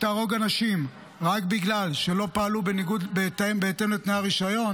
תהרוג אנשים רק בגלל שלא פעלו בהתאם לתנאי הרישיון,